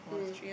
mm